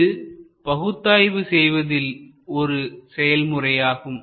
இது பகுத்தாய்வு செய்வதில் ஒரு செயல்முறையாகும்